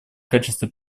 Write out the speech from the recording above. качестве